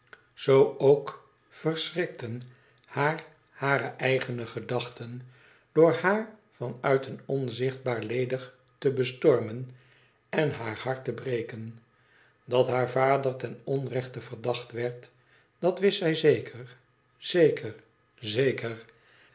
zoo ook verschrikten baar hareeigene gedachten door baar van uit een onzichtbaar ledig te bestormen en haar hart te breken dat baar vader ten onrechte verdacht werd dat wist zij zeker zeker zeker